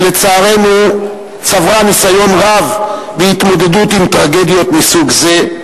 שלצערנו צברה ניסיון רב בהתמודדות עם טרגדיות מסוג זה.